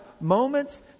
moments